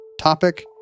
topic